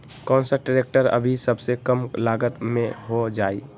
कौन सा ट्रैक्टर अभी सबसे कम लागत में हो जाइ?